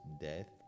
death